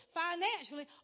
financially